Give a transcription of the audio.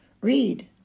Read